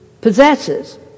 possesses